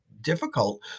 difficult